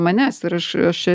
manęs ir aš aš